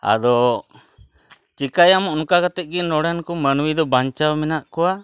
ᱟᱫᱚ ᱪᱤᱠᱟᱹᱭᱟᱢ ᱚᱱᱠᱟ ᱠᱟᱛᱮᱜᱮ ᱱᱚᱸᱰᱮᱱᱠᱚ ᱢᱟᱹᱱᱢᱤᱫᱚ ᱵᱟᱧᱪᱟᱣ ᱢᱮᱱᱟᱜ ᱠᱚᱣᱟ